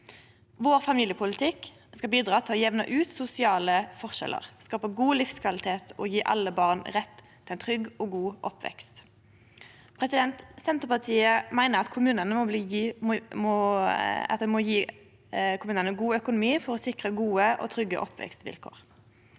Vår familiepolitikk skal bidra til å jamne ut sosiale forskjellar, skape god livskvalitet og gje alle barn rett til ein trygg og god oppvekst. Senterpartiet meiner at me må gje kommunane god økonomi for å sikre gode og trygge oppvekstvilkår.